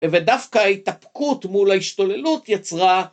ודווקא ההתאפקות מול ההשתוללות יצרה